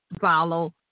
Follow